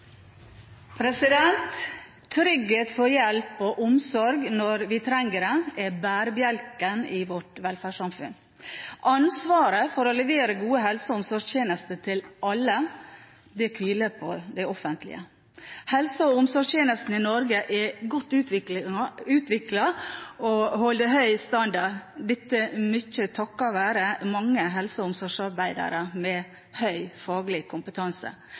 i vårt velferdssamfunn. Ansvaret for å levere gode helse- og omsorgstjenester til alle hviler på det offentlige. Helse- og omsorgstjenestene i Norge er godt utviklet og holder høy standard – dette mye takket være mange helse- og omsorgsarbeidere med høy faglig kompetanse.